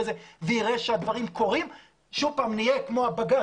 זה ויראה שהדברים קורים שוב פעם נהיה כמו הבג"צ,